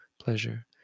pleasure